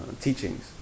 teachings